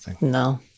No